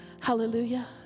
Hallelujah